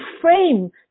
frame